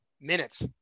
minutes